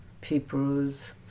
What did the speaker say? peoples